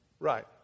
Right